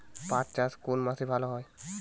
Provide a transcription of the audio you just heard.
পাট চাষ কোন মাসে ভালো হয়?